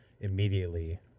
immediately